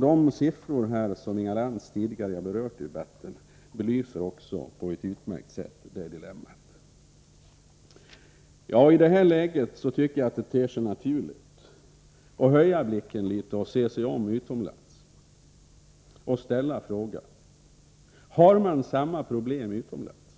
De siffror som Inga Lantz tidigare berört i debatten belyser också på ett utmärkt sätt detta dilemma. I det här läget ter det sig naturligt att höja blicken litet, se sig omkring utomlands och ställa frågan: Har man samma problem utomlands?